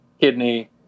kidney